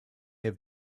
have